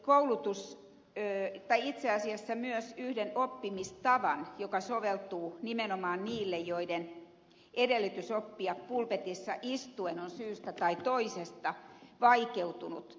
laki mahdollistaa itse asiassa myös yhden oppimistavan joka soveltuu nimenomaan niille joiden edellytys oppia pulpetissa istuen on syystä tai toisesta vaikeutunut